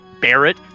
Barrett